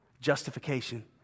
Justification